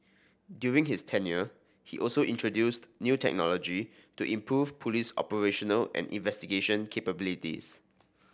during his tenure he also introduced new technology to improve police operational and investigation capabilities